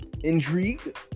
intrigue